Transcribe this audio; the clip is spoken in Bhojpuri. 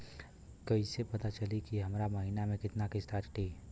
कईसे पता चली की हमार महीना में कितना किस्त कटी?